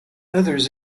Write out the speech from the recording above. others